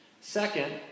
Second